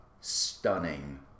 stunning